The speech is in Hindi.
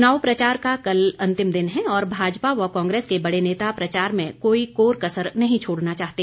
चुनाव प्रचार का कल अंतिम दिन है और भाजपा व कांग्रेस के बड़े नेता प्रचार में कोई कोर कसर नहीं छोड़ना चाहते